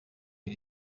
iri